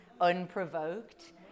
unprovoked